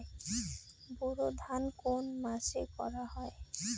বোরো ধান কোন মাসে করা হয়?